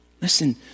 Listen